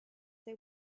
they